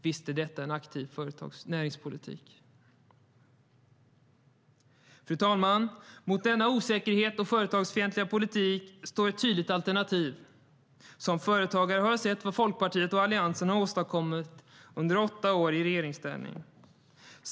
Visst är detta en aktiv näringspolitik? Fru talman! Mot denna osäkerhet och denna företagsfientliga politik står ett tydligt alternativ. Som företagare har jag sett vad Folkpartiet och Alliansen åstadkommit under åtta år i regeringsställning.